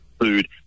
food